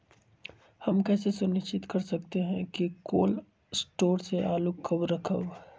हम कैसे सुनिश्चित कर सकली ह कि कोल शटोर से आलू कब रखब?